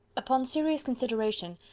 upon serious consideration,